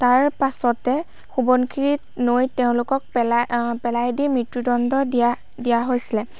তাৰপাছতে সোৱণশিৰি নৈত তেওঁলোকক পেলাই পেলাই দি মৃত্য়ুদণ্ড দিয়া দিয়া হৈছিলে